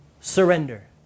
surrender